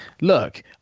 look